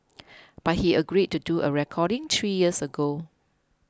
but he agreed to do a recording three years ago